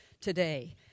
today